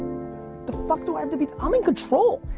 the fuck do i have to be, i'm in control.